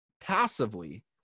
passively